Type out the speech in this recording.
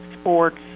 sports